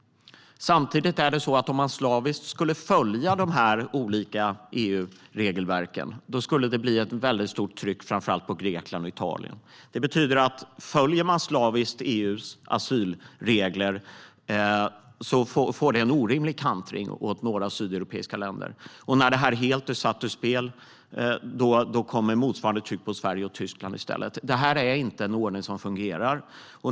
Samtidigt är det så att om man slaviskt skulle följa de olika EU-regelverken skulle det bli ett väldigt stort tryck framför allt på Grekland och Italien. Följer man slaviskt EU:s asylregler blir det en orimlig kantring åt några sydeuropeiska länder. Och när det här helt är satt ur spel kommer motsvarande tryck på Sverige och Tyskland i stället. Det här är inte en ordning som fungerar.